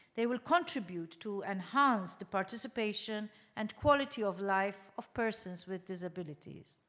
they will contribute to enhance the participation and quality of life of persons with disabilities.